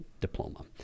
diploma